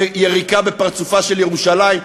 ויריקה בפרצופה של ירושלים.